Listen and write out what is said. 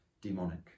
demonic